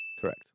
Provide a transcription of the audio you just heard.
Correct